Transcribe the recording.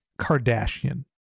Kardashian